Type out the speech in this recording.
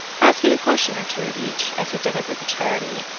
asking a question or two of each as he delivered the charity,